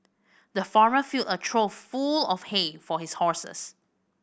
the farmer filled a trough full of hay for his horses